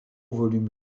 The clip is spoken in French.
volume